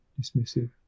dismissive